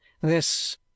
this—